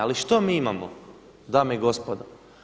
Ali što mi imamo dame i gospodo?